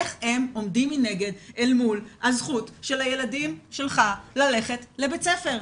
איך הם עומדים מנגד אל מול הזכות של הילדים שלך ללכת לבית ספר.